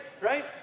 right